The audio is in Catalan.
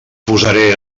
posaré